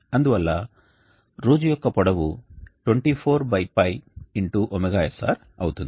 అందువల్ల రోజు యొక్క పొడవు 24π ωsr అవుతుంది